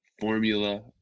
formula